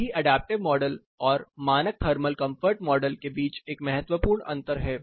यही adaptive model और मानक थर्मल कंफर्ट मॉडल के बीच एक महत्वपूर्ण अंतर है